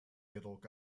jedoch